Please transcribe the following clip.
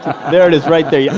there it is, right there. yeah